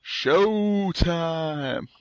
Showtime